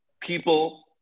people